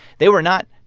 they were not,